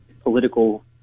political